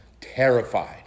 terrified